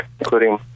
including